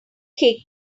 kick